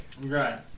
Right